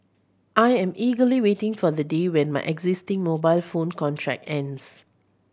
I am eagerly waiting for the day when my existing mobile phone contract ends